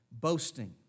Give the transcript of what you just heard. boasting